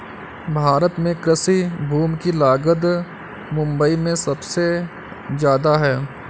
भारत में कृषि भूमि की लागत मुबई में सुबसे जादा है